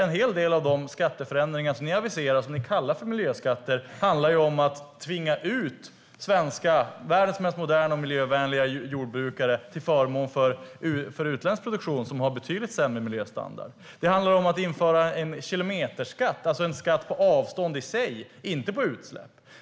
En hel del av de skatteförändringar som ni aviserar och som ni kallar för miljöskatter handlar om att tvinga ut världens mest moderna och miljövänliga jordbrukare till förmån för utländsk produktion som har betydligt sämre miljöstandard. Det handlar om att införa en kilometerskatt, alltså en skatt på avstånd i sig och inte på utsläpp.